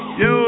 yo